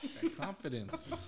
Confidence